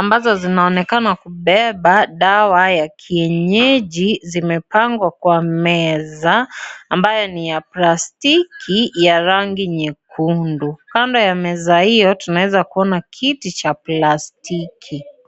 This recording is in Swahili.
ambazo zinaonekana kubeba dawa ya kienyeji zimepangwa kwa meza ambayo ni ya plastiki ya rangi nyekundu, kando ya meza hiyo tunaweza kuona kiti cha plastiki.